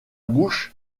bouche